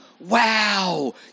Wow